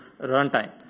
runtime